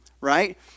right